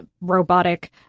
Robotic